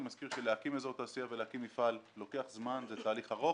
אני מזכיר שלהקים אזור תעשייה ולהקים מפעל לוקח זמן וזה תהליך ארוך.